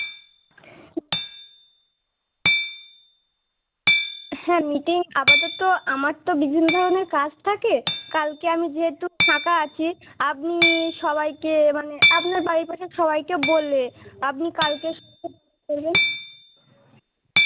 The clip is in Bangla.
হ্যাঁ মিটিং আপাতত আমার তো বিভিন্ন ধরনের কাজ থাকে কালকে আমি যেহেতু ফাঁকা আছি আপনি সবাইকে মানে আপনার বাড়ির পাশে সবাইকে বললে আপনি কালকে